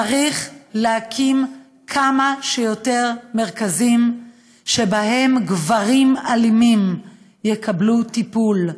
צריך להקים כמה שיותר מרכזים שבהם גברים אלימים יקבלו טיפול.